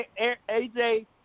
AJ